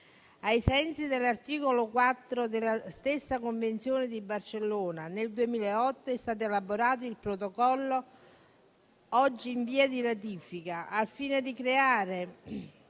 Ai sensi dell'articolo 4 della stessa Convenzione di Barcellona, nel 2008 è stato elaborato il Protocollo oggi in via di ratifica, al fine di creare